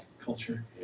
culture